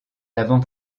l’avant